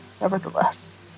nevertheless